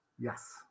yes